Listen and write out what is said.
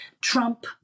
Trump